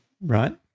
Right